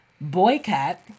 Boycott